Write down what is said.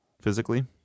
physically